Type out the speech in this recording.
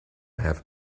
have